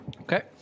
Okay